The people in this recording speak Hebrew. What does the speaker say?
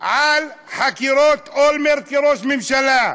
על חקירות אולמרט כראש ממשלה?